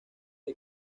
del